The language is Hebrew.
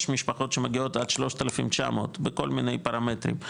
יש משפחות שמגיעות עד 3,900 בכל מיני פרמטרים,